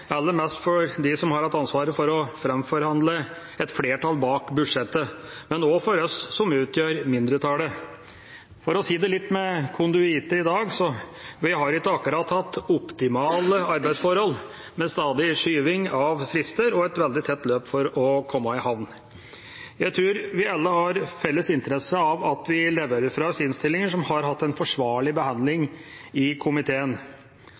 aller mest for dem som har hatt ansvaret for å framforhandle et flertall bak budsjettet, men også for oss som utgjør mindretallet. For å si det litt med konduite i dag: Vi har ikke akkurat hatt optimale arbeidsforhold, med stadig skyving av frister og et veldig tett løp for å komme i havn. Jeg tror vi alle har felles interesse av at vi leverer fra oss innstillinger som har hatt en forsvarlig behandling i komiteen.